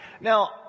Now